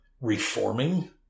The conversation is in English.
reforming